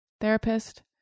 Therapist